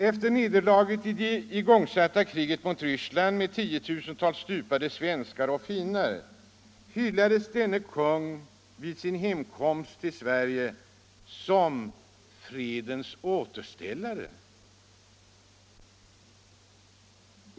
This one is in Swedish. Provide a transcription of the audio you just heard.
Efter nederlaget i det ingångsatta kriget mot Ryssland med tiotusentals stupade svenskar och finnar hyllades denne kung vid sin hemkomst till Sverige som ”fredens återställare”.